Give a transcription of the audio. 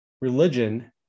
religion